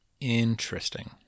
Interesting